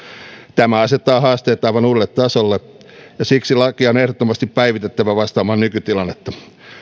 tämä asettaa haasteet aivan uudelle tasolle ja siksi lakia on ehdottomasti päivitettävä vastaamaan nykytilannetta